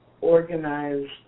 organized